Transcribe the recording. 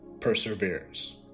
perseverance